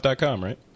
right